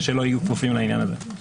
שלא יהיו כפופים לעניין הזה.